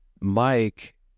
mike